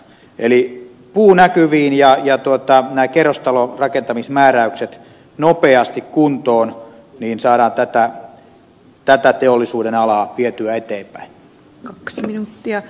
eli puu näkyviin ja nämä kerrostalorakentamismääräykset nopeasti kuntoon niin saadaan tätä teollisuudenalaa vietyä eteenpäin